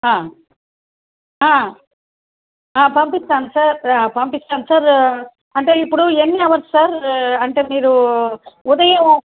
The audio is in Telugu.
పంపిస్తాను సార్ పంపిస్తాను సార్ అంటే ఇప్పుడు ఎన్ని అవర్స్ సార్ అంటే మీరు ఉదయం